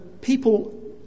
people